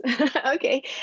Okay